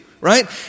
right